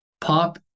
pop